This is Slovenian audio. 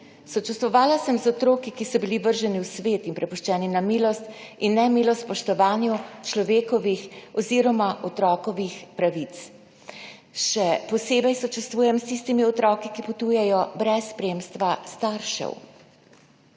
Sočustvovala sem z otroki, ki so bili vrženi v svet in prepuščeni na milost in nemilost spoštovanju človekovih oziroma otrokovih pravic. Še posebej sočustvujem s tistimi otroki, ki potujejo brez spremstva staršev.